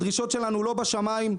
הדרישות שלנו לא בשמיים.